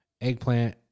Eggplant